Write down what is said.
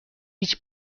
هیچ